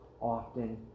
often